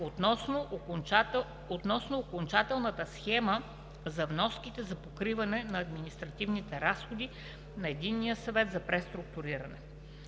относно окончателната схема за вноските за покриване на административните разходи на Единния съвет за преструктуриране.